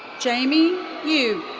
jamie yu.